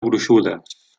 gruixudes